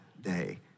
day